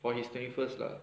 for his twenty first lah